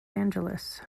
angeles